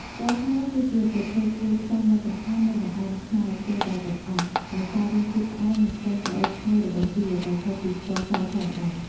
ស្ករត្នោត គឺជាប្រភេទគ្រឿងផ្សំដ៏សំខាន់នៃបង្អែមខ្មែរស្ទើរតែទាំងអស់ ដោយសាររសជាតិផ្អែម និងក្លិនក្រអូបឈ្ងុយរបស់វា ដែលខុសពីស្ករសធម្មតា។